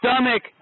stomach